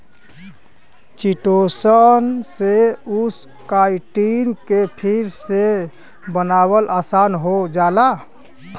chitosan से उस chitin के फिर से बनावल आसान हो जाला